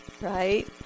right